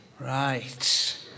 Right